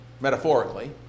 metaphorically